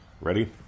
Ready